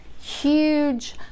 huge